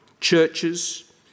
churches